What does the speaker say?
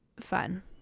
fun